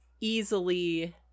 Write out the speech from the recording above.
easily